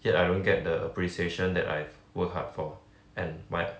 yet I don't get the appreciation that I've work hard for and my